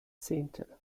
zehntel